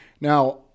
now